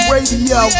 Radio